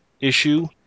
issue